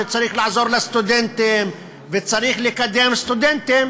שצריך לעזור לסטודנטים וצריך לקדם סטודנטים,